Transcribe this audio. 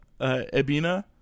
Ebina